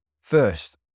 First